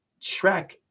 Shrek